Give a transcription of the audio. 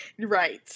right